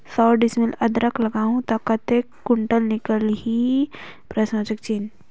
सौ डिसमिल अदरक लगाहूं ता कतेक कुंटल अदरक निकल ही?